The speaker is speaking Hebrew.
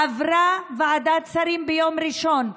עברה ועדת שרים ביום ראשון.